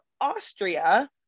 Austria